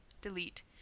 Delete